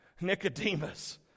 Nicodemus